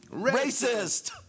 racist